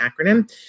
acronym